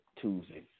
Tuesday